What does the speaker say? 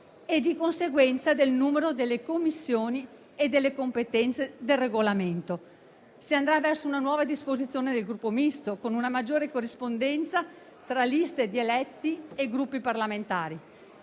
e, di conseguenza, del numero delle Commissioni e delle competenze del Regolamento. Si andrà verso una nuova disposizione per il Gruppo Misto, con una maggiore corrispondenza tra liste di eletti e Gruppi parlamentari.